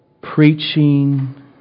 preaching